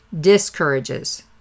discourages